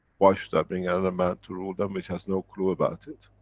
why should i bring another man to rule them, which has no clue about it?